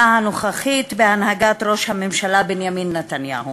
הנוכחית בהנהגת ראש הממשלה בנימין נתניהו.